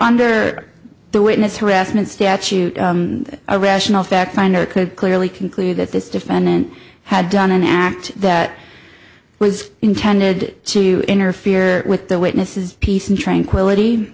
under the witness harassment statute are rational factfinder could clearly conclude that this defendant had done an act that was intended to interfere with the witnesses peace and tranquility